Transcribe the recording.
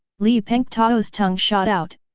li pengtao's tongue shot out,